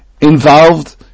involved